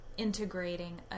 integrating